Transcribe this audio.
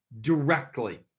directly